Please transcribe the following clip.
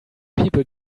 people